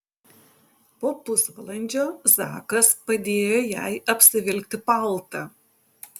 po pusvalandžio zakas padėjo jai apsivilkti paltą